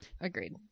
agreed